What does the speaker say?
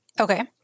Okay